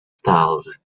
styles